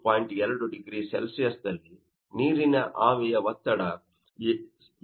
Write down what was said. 2 0C ದಲ್ಲಿ ನೀರಿನ ಆವಿಯ ಒತ್ತಡ 7